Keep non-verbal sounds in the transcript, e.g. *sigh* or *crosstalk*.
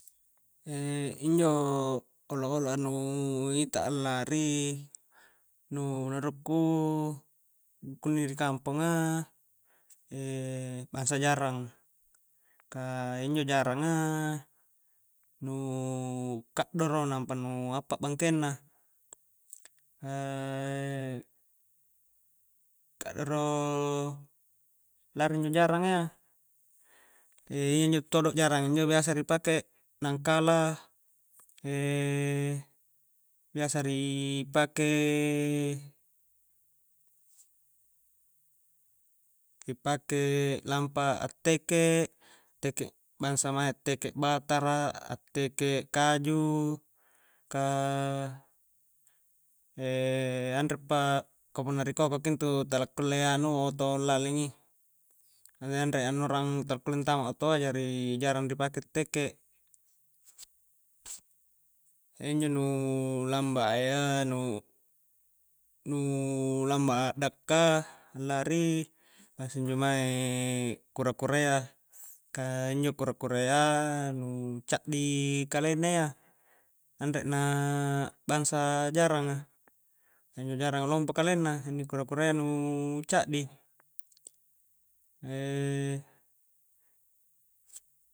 Injo olo-oloa nu itak allari, nu menuru' ku kunni ri kampongaaa bangsa jarang, ka injo jarangaaa nuuu kaddoro nampa nu appa bangkeng na kaddoro lari injo jaranga iya, *hesitation* iyanjo todo jarangnga injo biasa ri pake nangkala *hesitation* biasa ri pake-ri pake lampa a'teke, teke' bangsa mae a'teke batara, a'teke kaju, ka *hesitation* anrepa, ka punna ri koko ki intu tala kulle anu oto lalingngi, *unintelligible* anre annorang tala kulle antama otoa, jari jarang ri pake a'teke, iyanjo nu lamba a iya nu-nuuuu lamba a'dakka larii bangsa injo maeee kura-kurayya, ka injo kura-kurayya nu caddi kalenna iya, anre na bangsa jarangaa, injo jaranga lompo kalenna, inni kura-kura iyya nu caddi